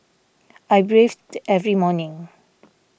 I bathed every morning